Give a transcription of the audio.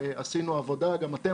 עושה את זה הלכה למעשה.